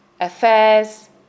affairs